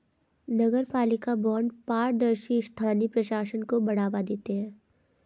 नगरपालिका बॉन्ड पारदर्शी स्थानीय प्रशासन को बढ़ावा देते हैं